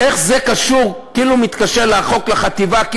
איך זה מתקשר לחוק על החטיבה להתיישבות?